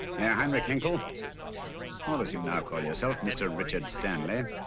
yeah heinrich hinckel or as you now call yourself mr. richard stanley.